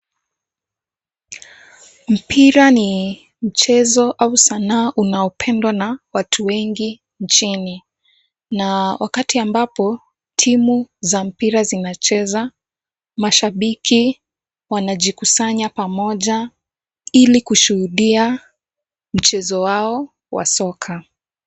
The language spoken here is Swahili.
Mpira ni mchezo au sanaa unaopendwa na watu wengi nchini na wakati ambapo timu za mpira zinacheza, mashabiki wanajikusanya pamoja ili kushuhudia mchezo wao wa soka.